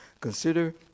consider